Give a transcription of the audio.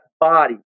body